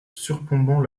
surplombant